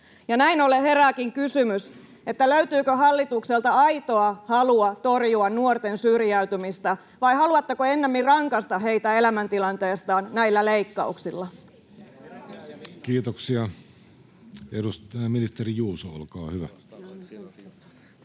Näin ollen herääkin kysymys: löytyykö hallitukselta aitoa halua torjua nuorten syrjäytymistä, vai haluatteko ennemmin rangaista heitä elämäntilanteestaan näillä leikkauksilla? Kiitoksia. — Ministeri Juuso, olkaa hyvä.